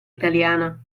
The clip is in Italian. italiana